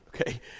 Okay